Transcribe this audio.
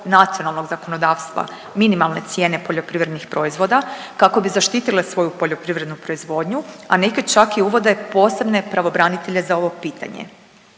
nacionalnog zakonodavstva minimalne cijene poljoprivrednih proizvoda kako bi zaštitile svoju poljoprivrednu proizvodnju, a neke čak i uvode posebne pravobranitelje za ovo pitanje.